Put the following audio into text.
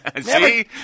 See